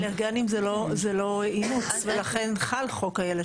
אלרגנים זה לא אימוץ ולכן חל חוק איילת שקד.